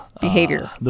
behavior